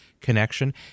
connection